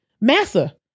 Massa